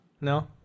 No